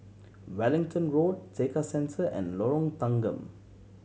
Wellington Road Tekka Centre and Lorong Tanggam